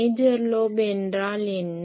major lobe என்றால் என்ன